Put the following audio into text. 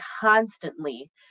constantly